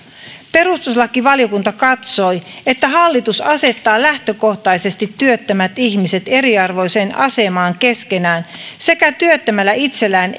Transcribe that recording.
perustuslakivaliokunta katsoi että hallitus asettaa lähtökohtaisesti työttömät ihmiset eriarvoiseen asemaan keskenään eikä työttömällä itsellään